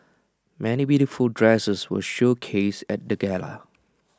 many beautiful dresses were showcased at the gala